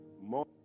More